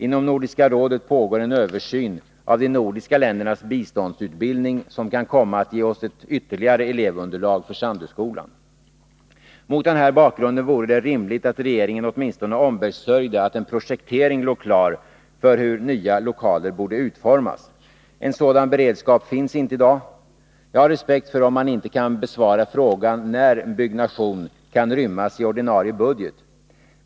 Inom Nordiska rådet pågår en översyn av de nordiska ländernas biståndsutbildning som kan komma att ge oss ett ytterligare elevunderlag för Sandöskolan. Mot den här bakgrunden vore det rimligt att regeringen åtminstone ombesörjde att en projektering låg klar för hur nya lokaler borde utformas. En sådan beredskap finns inte i dag. Jag har respekt för om man inte kan besvara frågan när en byggnation kan rymmas i ordinarie budget.